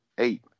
eight